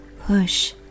push